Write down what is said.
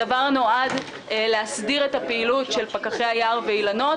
הדבר נועד להסדיר את הפעילות של פקחי היער והאילנות,